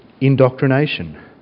indoctrination